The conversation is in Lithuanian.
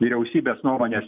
vyriausybės nuomonės